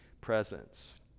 presence